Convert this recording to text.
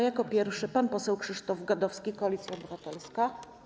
Jako pierwszy pan poseł Krzysztof Gadowski, Koalicja Obywatelska.